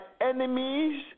enemies